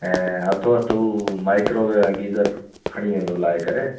ऐं हथोहथु हू माइक्रोवेव ऐं गीजर खणी वेंदो लाहे करे